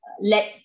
let